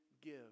give